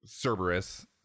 Cerberus